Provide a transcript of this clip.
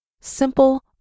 simple